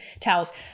towels